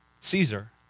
Caesar